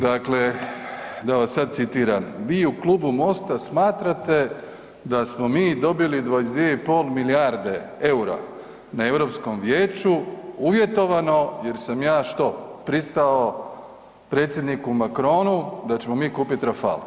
Dakle, da vas sad citiram vi u Klubu MOST-a smatrate da smo mi dobili 22,5 milijarde EUR-a na Europskom vijeću uvjetovano jer sam ja što, pristao predsjedniku Macronu da ćemo mi kupiti Rafal.